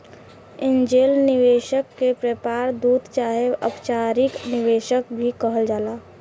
angel निवेशक के व्यापार दूत चाहे अपचारिक निवेशक भी कहल जाला